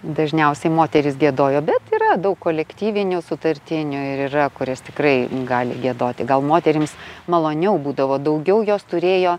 dažniausiai moterys giedojo bet yra daug kolektyvinių sutartinių ir yra kurias tikrai gali giedoti gal moterims maloniau būdavo daugiau jos turėjo